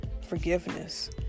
forgiveness